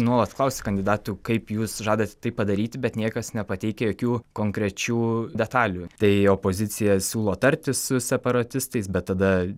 nuolat klausia kandidatų kaip jūs žadat tai padaryti bet niekas nepateikia jokių konkrečių detalių tai opozicija siūlo tartis su separatistais bet tada